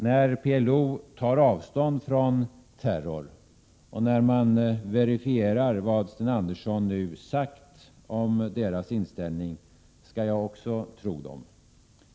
När PLO tar avstånd från terror och när man verifierar vad Sten Andersson nu har sagt om deras inställning, skall också jag tro dem.